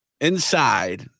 inside